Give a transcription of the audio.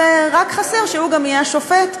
ורק חסר שהוא גם יהיה השופט,